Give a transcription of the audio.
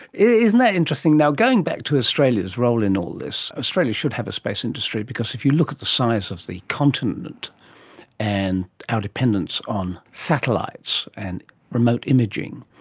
isn't that interesting. now, going back to australia's role in all this, australia should have a space industry because if you look at the size of the continent and ah dependence on satellites and remote imaging,